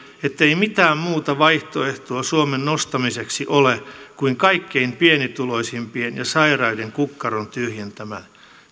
ettei mitään muuta vaihtoehtoa suomen nostamiseksi ole kuin kaikkein pienituloisimpien ja sairaiden kukkaron tyhjentäminen